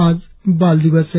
आज बाल दिवस है